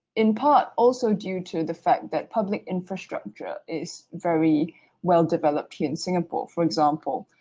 in part also due to the fact that public infrastructure is very well developed here in singapore. for example,